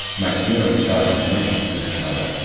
make new and exciting connections with each other,